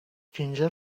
جینجر